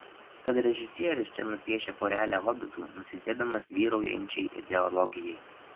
tad režisierius čia nupiešia porelę hobitų nusidėdamas vyraujančiai ideologijai